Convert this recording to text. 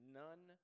none